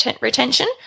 retention